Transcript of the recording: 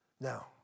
Now